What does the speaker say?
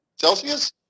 Celsius